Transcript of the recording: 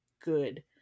good